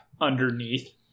underneath